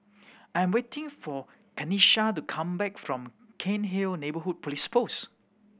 I'm waiting for Kenisha to come back from Cairnhill Neighbourhood Police Post